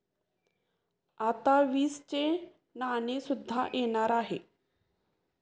आता वीसचे नाणे सुद्धा येणार आहे